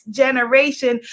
generation